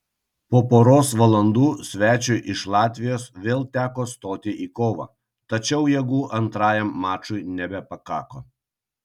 po poros valandų svečiui iš latvijos vėl teko stoti į kovą tačiau jėgų antrajam mačui nebepakako